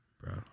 Bro